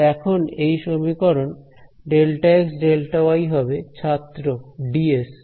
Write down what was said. তাহলে এখন এই সমীকরণ Δ xΔy হবে ছাত্র dS